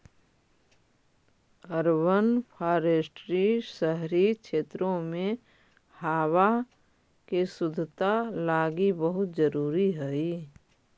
urban forestry शहरी क्षेत्रों में हावा के शुद्धता लागी बहुत जरूरी हई